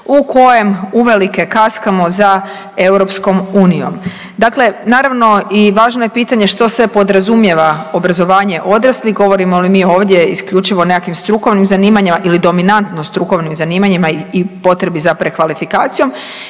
u kojem uvelike kaskamo za Europskom unijom. Dakle, naravno i važno je pitanje što sve podrazumijeva obrazovanje odraslih. Govorimo li mi ovdje isključivo o nekakvim strukovnim zanimanjima ili dominantno strukovnim zanimanjima i potrebi za prekvalifikacijom